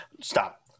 stop